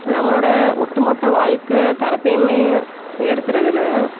நம்மளோட ஒட்டு மொத்த வாழ்க்கை தரத்தையுமே உயர்த்தறதில்